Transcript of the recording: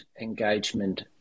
engagement